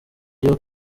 iyo